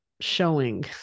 showing